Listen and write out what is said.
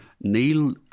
Neil